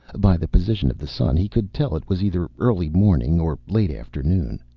by the position of the sun he could tell it was either early morning or late afternoon.